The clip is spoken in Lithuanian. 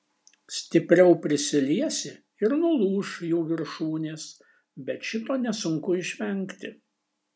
stipriau prisiliesi ir nulūš jų viršūnės bet šito nesunku išvengti